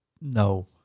no